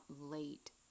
late